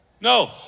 No